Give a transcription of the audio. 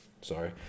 Sorry